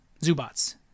Zubats